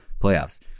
playoffs